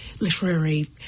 literary